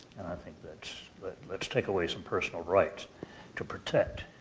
and i think, let's but let's take away some personal rights to protect